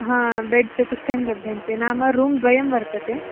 हा बेड् चतुष्टयं लभ्यन्ते नाम रूम् द्वयं वर्तते